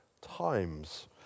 times